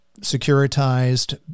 securitized